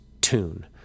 tune